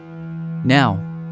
Now